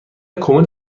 کمد